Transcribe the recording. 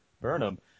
Burnham